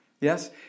Yes